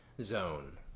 zone